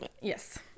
Yes